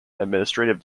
administrative